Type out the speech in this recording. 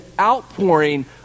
outpouring